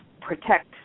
protect